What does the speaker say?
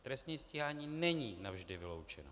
Trestní stíhání není navždy vyloučeno.